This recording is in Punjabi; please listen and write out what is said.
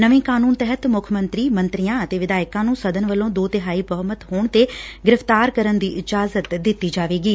ਨਵੇ ਂ ਕਾਨੁੰਨ ਤਹਿਤ ਮੁੱਖ ਮੰਤਰੀ ਮੰਤਰੀਆਂ ਅਤੇ ਵਿਧਾਇਕਾਂ ਨੁੰ ਸਦਨ ਵੱਲੋਂ ਦੋ ਤਿਹਾਈ ਬਹੁਮਤ ਹੋਣ ਤੇ ਗ੍ਰਿਫ਼ਤਾਰ ਕਰਨ ਦੀ ਇਜਾਜ਼ਤ ਦਿੱਤੀ ਜਾਏਗੀ